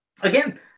again